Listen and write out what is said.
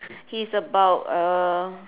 he's about uh